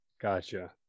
Gotcha